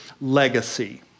legacy